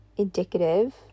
indicative